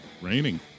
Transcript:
raining